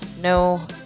No